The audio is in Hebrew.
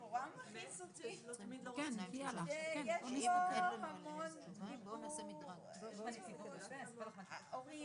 אני אחזור אחר כך לעוד הערות.